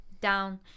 down